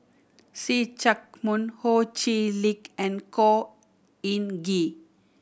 See Chak Mun Ho Chee Lick and Khor Ean Ghee